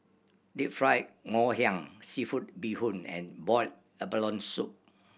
Deep Fried Ngoh Hiang seafood bee hoon and boiled abalone soup